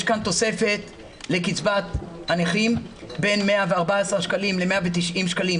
יש תוספת לקצבת הנכים בין 114 שקלים ל-190 שקלים,